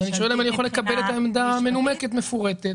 אני שואל אם אני יכול לקבל את העמדה מנומקת ומפורטת.